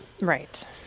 right